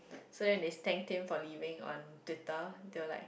so it is thank team for leaving on Twitter they were like